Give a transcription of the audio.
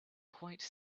quite